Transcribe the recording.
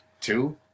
two